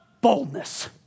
boldness